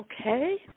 Okay